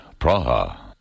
Praha